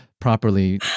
properly